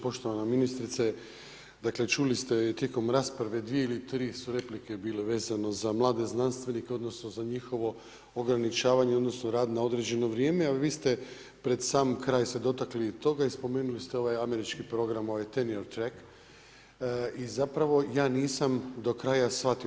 Poštovana ministrice, dakle čuli ste tijekom rasprave dvije ili tri su replike bile vezano za mlade znanstvenike, odnosno za njihovo ograničavanje, odnosno rad na određeno vrijeme, ali vi ste pred sam kraj se dotakli i toga i spomenuli ste ovaj američki program ovaj tenior track i zapravo ja nisam do kraja shvatio.